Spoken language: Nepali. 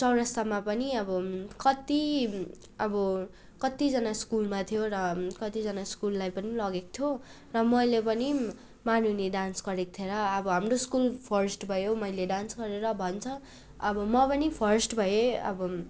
चौरस्तामा पनि अब कति अब कतिजना स्कुलमा थियो र कतिजना स्कुललाई पनि लगेको थियो र मैले पनि मारुनी डान्स गरेको थिएँ र हाम्रो स्कुल फर्स्ट भयो मैले डान्स गरेर भन्छ अब म पनि फर्स्ट भएँ अब